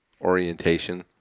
orientation